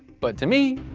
but to me,